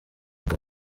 indi